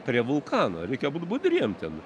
prie vulkano reikia būt budriem ten